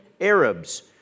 Arabs